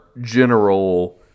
general